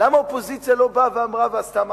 למה האופוזיציה לא באה ואמרה ועשתה מעשה?